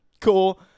cool